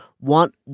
Want